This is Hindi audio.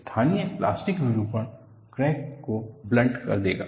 स्थानीय प्लास्टिक विरूपण क्रैक को ब्लन्ट कर देगा